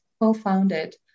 co-founded